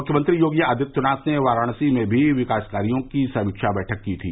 मुख्यमंत्री योगी आदित्यनाथ ने वाराणसी में भी विकास कार्यो की समीक्षा बैठक की थी